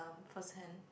first hand